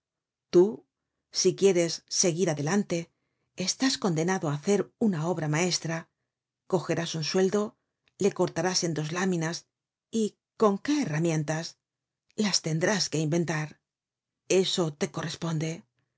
tú si quieres seguir adelante estás condenado á hacer una obra maestra cogerás un sueldo le cortarás en dos láminas y con qué herramientas las tendrás que inventar eso te corresponde